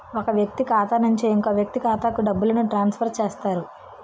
ఒక వ్యక్తి ఖాతా నుంచి ఇంకో వ్యక్తి ఖాతాకు డబ్బులను ట్రాన్స్ఫర్ చేస్తారు